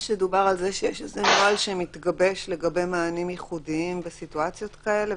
יש נוהל שמתגבש לגבי מענים ייחודיים במצבים כאלה?